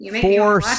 four